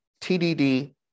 TDD